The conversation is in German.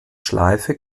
schleife